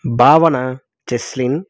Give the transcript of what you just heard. భావన జస్లిన్